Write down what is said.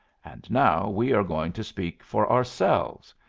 and now we are going to speak for ourselves.